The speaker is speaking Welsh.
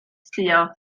suo